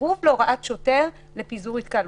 סירוב להוראת שוטר לפיזור התקהלות.